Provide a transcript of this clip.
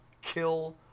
kill